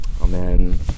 Amen